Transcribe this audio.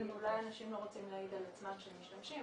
אולי אנשים לא רוצים להעיד על עצמם שהם משתמשים,